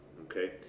okay